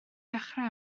dechrau